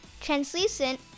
translucent